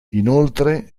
inoltre